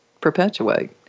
perpetuate